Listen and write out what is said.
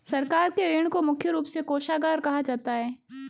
सरकार के ऋण को मुख्य रूप से कोषागार कहा जाता है